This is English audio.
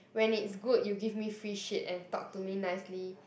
when it's good you give me free shit and talk to me nicely